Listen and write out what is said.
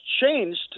changed